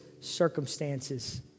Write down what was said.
Circumstances